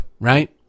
right